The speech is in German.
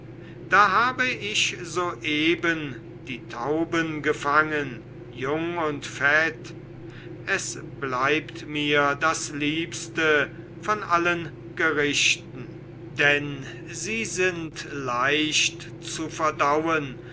da hab ich soeben die tauben gefangen jung und fett es bleibt mir das liebste von allen gerichten denn sie sind leicht zu verdauen